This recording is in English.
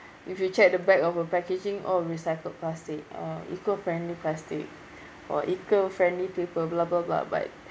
if you check the back of a packaging oh recycled plastic uh eco-friendly plastic or eco-friendly people blah blah blah but